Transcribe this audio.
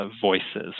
voices